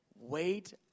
Wait